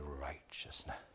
righteousness